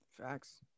Facts